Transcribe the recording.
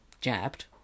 jabbed